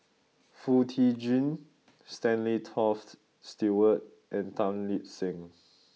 Foo Tee Jun Stanley Toft Stewart and Tan Lip Seng